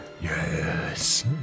Yes